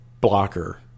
Blocker